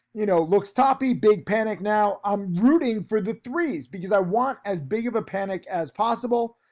you know, looks toppy, big panic now. i'm rooting for the threes because i want as big of a panic as possible.